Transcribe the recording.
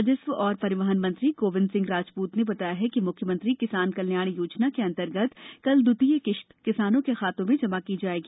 राजस्व एवं परिवहन मंत्री गोविन्द सिंह राजपूत ने बताया कि म्ख्यमंत्री किसान कल्याण योजना के अंतर्गत कल दवितीय किस्त किसानों के खातों में जमा की जायेगी